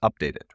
updated